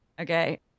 okay